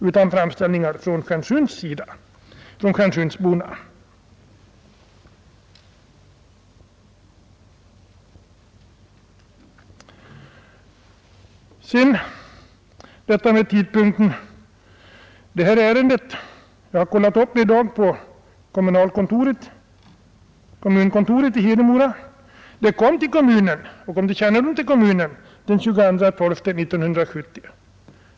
Beträffande tidpunkten när detta ärende aktualiserades kan jag vidare meddela att jag i dag på kommunkontoret i Hedemora fått bekräftat, att det kom till kommunens kännedom den 22 december 1970.